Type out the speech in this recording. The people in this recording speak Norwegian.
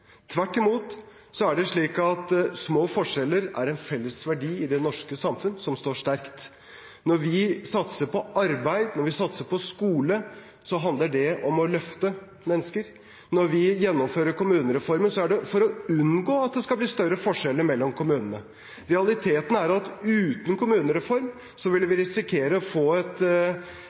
Tvert imot er det slik at små forskjeller er en felles verdi som står sterkt i det norske samfunnet. Når vi satser på arbeid, når vi satser på skole, handler det om å løfte mennesker. Når vi gjennomfører kommunereformen, er det for å unngå at det skal bli større forskjeller mellom kommunene. Realiteten er at uten en kommunereform ville vi risikere å få et